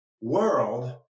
world